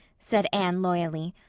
said anne loyally,